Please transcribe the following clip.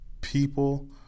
people